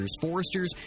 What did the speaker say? foresters